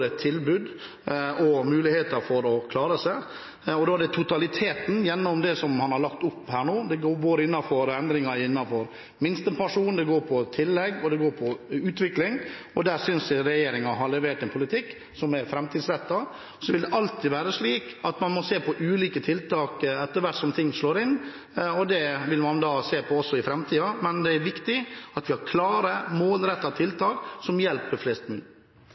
tilbud og muligheter til å klare seg. Og da er det totaliteten, gjennom det som man har lagt opp til her nå, som er avgjørende. Det handler om endringer innenfor minstepensjon, tillegg og utvikling, og der synes jeg regjeringen har levert en politikk som er framtidsrettet. Så vil det alltid være slik at man må se på ulike tiltak etter hvert som ting slår inn, og det vil man se på også i framtiden, men det er viktig at vi har klare og målrettede tiltak som hjelper flest mulig.